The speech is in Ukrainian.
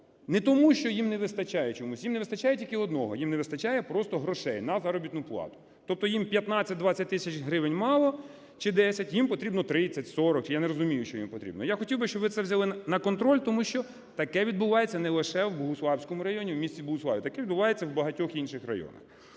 Не тому, що їм не вистачає чомусь. Їм не вистачає тільки одного – їм не вистачає просто грошей на заробітну плату, тобто їм 15-20 тисяч гривень, чи 10, їм потрібно 30, 40 чи… я не розумію, що їм потрібно. Я хотів би, щоб ви це взяли на контроль, тому що таке відбувається не лише в Богуславському району, в місті Богуславі, таке відбувається в багатьох інших районах.